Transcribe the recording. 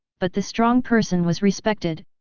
but the strong person was respected,